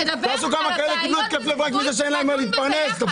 תדבר על בעיות המיסוי, נדון בזה יחד.